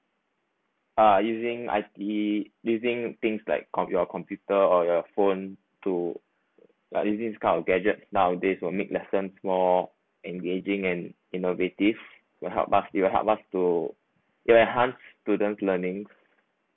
uh using I_T using things like comp~ your computer or your phone to ya using this kind of gadget nowadays will make lesson more engaging and innovative will help us will help us to enhance students' learning